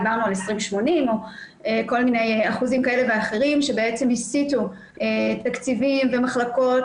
דיברנו על 80/20 או כל מיני אחוזים כאלה ואחרים שהסיטו תקציבים ומחלקות